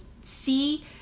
see